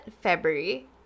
February